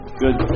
Good